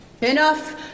Enough